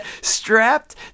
strapped